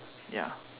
ya